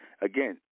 Again